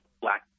black